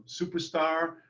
superstar